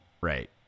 Right